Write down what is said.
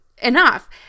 enough